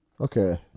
okay